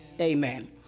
Amen